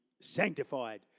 sanctified